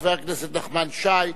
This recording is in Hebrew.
חבר הכנסת נחמן שי,